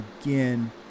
again